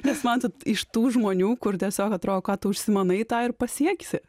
nes man tu iš tų žmonių kur tiesiog atrodo ką tu užsimanai tą ir pasieksi